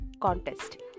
contest